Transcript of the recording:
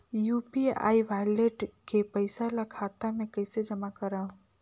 UPI wallet के पईसा ल खाता मे कइसे जमा करव?